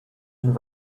and